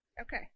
Okay